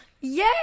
Yay